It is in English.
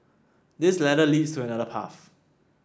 this ladder leads to another path